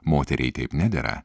moteriai taip nedera